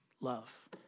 Love